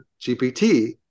GPT